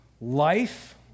life